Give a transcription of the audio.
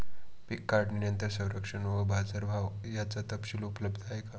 पीक काढणीनंतर संरक्षण व बाजारभाव याचा तपशील उपलब्ध असतो का?